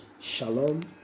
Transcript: Shalom